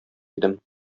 идем